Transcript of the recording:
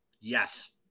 Yes